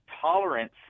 tolerance